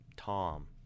Tom